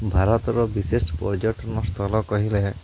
ଭାରତର ବିଶେଷ ପର୍ଯ୍ୟଟନ ସ୍ଥଳ କହିଲେ